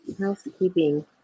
housekeeping